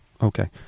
Okay